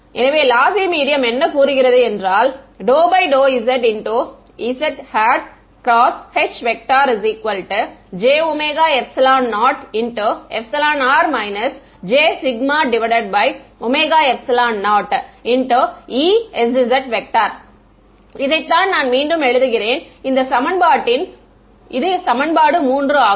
எனவே lossy medium என்ன கூறுகிறது என்றால் ∂∂zz×Hj0r j0Esz இதைத்தான் நான் மீண்டும் எழுதுகிறேன் இந்த சமன்பாட்டின் 3 ஆகும்